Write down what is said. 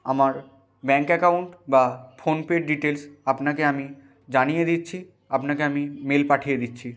আমার bank account বা ফোনপের ডিটেলস আপনাকে আমি জানিয়ে দিচ্ছি আপনাকে আমি মেল পাঠিয়ে দিচ্ছি